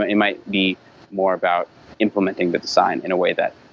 it might be more about implementing the design in a way that